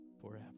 forever